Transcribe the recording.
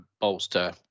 bolster